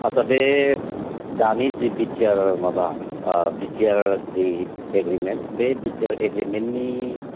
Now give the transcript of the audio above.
आत्सा बे दानि जि बिटिआर माबा बिटिआरनि एग्रिमेन्ट बे बिटिआर एग्रिमेन्टनि